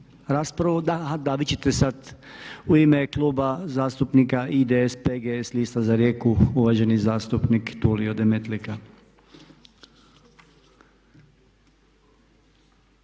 raspravu. U ime Kluba zastupnika IDS, PGS lista za Rijeku uvaženi zastupnik Tulio Demetlika.